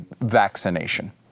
vaccination